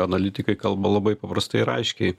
analitikai kalba labai paprastai ir aiškiai